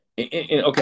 okay